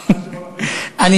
רואה, מספיק עם זה כבר.